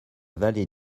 vallée